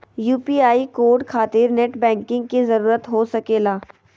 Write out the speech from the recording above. UPI code खातिर net banking की जरूरत हो सके ला?